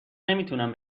نمیتونم